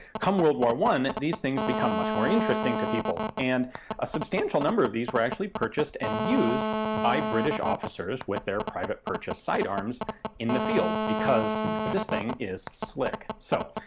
come world war one, these things become much more interesting to people. and a substantial number of these were actually purchased and used by british officers with their private purchase sidearms in the field, because this thing is slick. so,